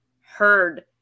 heard